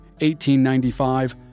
1895